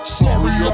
sorry